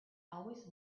always